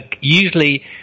usually